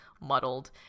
muddled